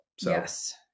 Yes